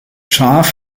scharf